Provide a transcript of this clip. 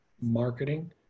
marketing